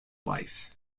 life